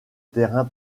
terrain